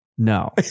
No